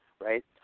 right